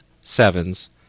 sevens